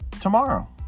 tomorrow